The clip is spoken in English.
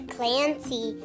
Clancy